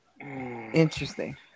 Interesting